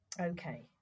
Okay